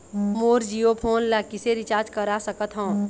मोर Jio phone ला किसे recharge करा सकत हवं?